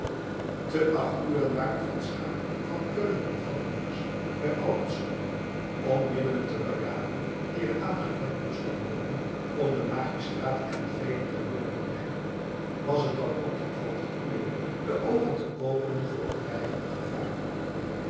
te acht uren waren van schaeck van keulen en van der morsch bij allertsz om middelen te beramen die er aangewend moesten worden om den magistraat en velen der burgerij was het dan ook te elfder ure de oogen te openen voor het dreigende gevaar